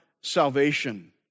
salvation